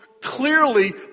clearly